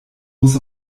muss